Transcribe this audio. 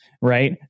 Right